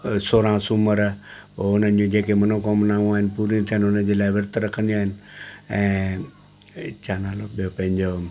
सोरहं सूमर पोइ उन्हनि जी जेके मनोकामनाऊं आहिनि पूरी थियनि उन्हनि जे लाइ विर्त रखंदियूं आहिनि ऐं छा नालो ॿियो पंहिंजो